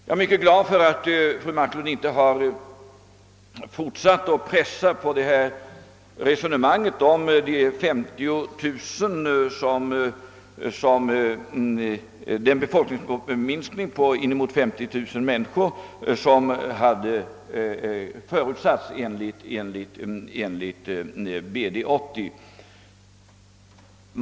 Jag är glad över att fru Marklund inte forsatte att pressa resonemanget om den befolkningsminskning på inemot 50 000 människor i Norrbotten som konstaterats enligt BD-80.